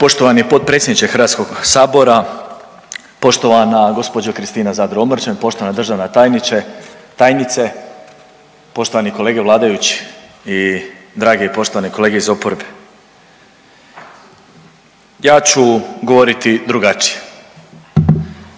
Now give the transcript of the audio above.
Poštovani potpredsjedniče Hrvatskog sabora, poštovana gospođo Kristina Zadro Omrčen, poštovana državna tajniče, tajnice, poštovani kolege vladajući i drage i poštovane kolege iz oporbe, ja ću govoriti drugačije.